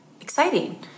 exciting